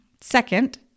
Second